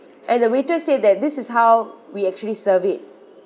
and the waiter said that this is how we actually serve it